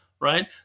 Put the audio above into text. right